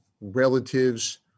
relatives